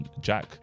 Jack